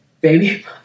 baby